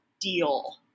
deal